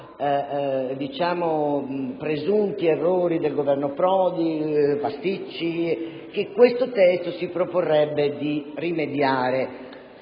a presunti errori del Governo Prodi, a pasticci che questo testo si proporrebbe di rimediare.